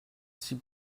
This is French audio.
six